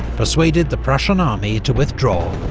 persuaded the prussian army to withdraw.